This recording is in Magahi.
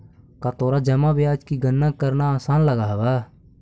का तोरा जमा ब्याज की गणना करना आसान लगअ हवअ